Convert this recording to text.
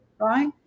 right